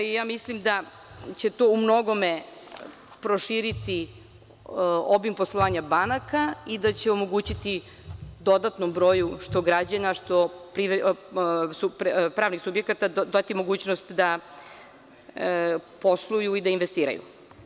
Mislim da će to u mnogome proširiti obim poslovanja banaka i da će omogućiti dodatnom broju što građana, što pravnim subjektima dati mogućnost da posluju i investiraju.